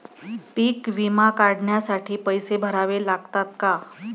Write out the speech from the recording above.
पीक विमा काढण्यासाठी पैसे भरावे लागतात का?